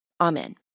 Amen